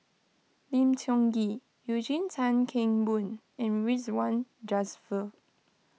Lim Tiong Ghee Eugene Tan Kheng Boon and Ridzwan Dzafir